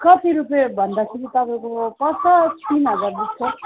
कति रुपियाँ भन्दाखेरि तपाईँको पर्छ तिन हजार जस्तो